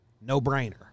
No-brainer